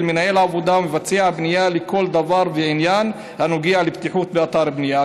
מנהל העבודה ומבצע הבנייה לכל דבר בעניין הנוגע לבטיחות באתר הבנייה,